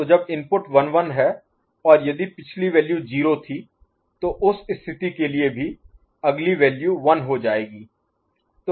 तोजब input 1 1 है और यदि पिछली वैल्यू 0 थी तो उस स्थिति के लिए भी अगली वैल्यू 1 हो जाएगी